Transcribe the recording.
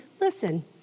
listen